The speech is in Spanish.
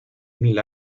mil